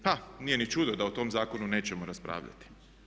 Pa nije ni čudo da o tom zakonu nećemo raspravljati.